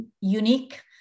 unique